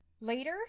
Later